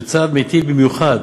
שצעד מיטיב במיוחד